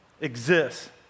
exists